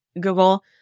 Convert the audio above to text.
Google